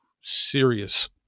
serious